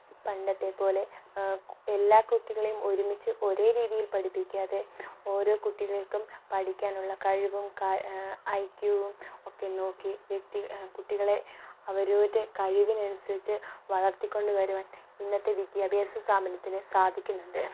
പണ്ടത്തെപ്പോലെ എല്ലാ കുട്ടികളെയും ഒരുമിച്ച് ഒരേ രീതിയിൽ പഠിപ്പിക്കാതെ ഓരോ കുട്ടികൾക്കും പഠിക്കാനുള്ള കഴിവും ഐക്യവും ഒക്കെ നോക്കി വ്യക്തി കുട്ടികളെ അവരവരുടെ കഴിവിനനുസരിച്ച് വളർത്തിക്കൊണ്ടുവരുവാൻ ഇന്നത്തെ വിദ്യാഭ്യാസ സ്ഥാപനത്തിന് സാധിക്കുന്നുണ്ട്